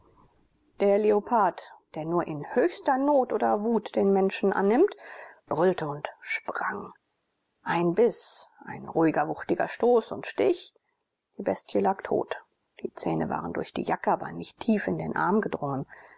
der leopard der nur in höchster not oder wut den menschen annimmt brüllte und sprang ein biß ein ruhiger wuchtiger stoß und stich die bestie lag tot die zähne waren durch die jacke aber nicht tief in den arm gedrungen